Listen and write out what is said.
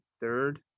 third